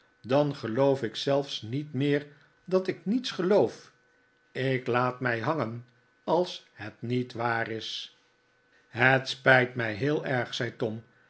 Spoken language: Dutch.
dan geloof ik zelfs niet meer dat ik niets geloof ik laat mij hangen als het niet waar is het spijt mij heel erg zei tom